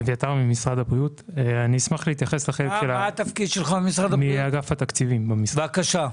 אביתר מאגף התקציבים במשרד הבריאות.